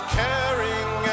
caring